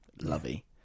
lovey